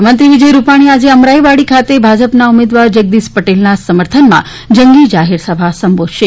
મુખ્યમંત્રી વિજય રૂપાણી આજે અમરાઈવાડી ખાતે ભાજપના ઉમેદવાર જગદીશ પટેલના સમર્થનમાં જંગી જાહેર સભા સંબોધશે